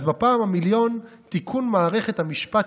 אז בפעם המיליון: תיקון מערכת המשפט